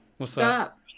Stop